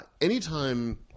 Anytime